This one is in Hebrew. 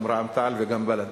גם רע"ם-תע"ל וגם בל"ד.